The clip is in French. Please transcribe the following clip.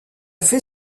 fait